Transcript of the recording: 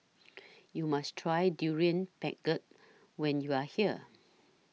YOU must Try Durian Pengat when YOU Are here